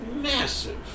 massive